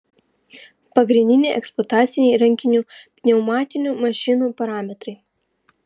pagrindiniai eksploataciniai rankinių pneumatinių mašinų parametrai